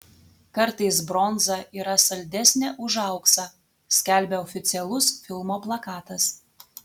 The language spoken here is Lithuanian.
kartais bronza yra saldesnė už auksą skelbė oficialus filmo plakatas